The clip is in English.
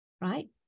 right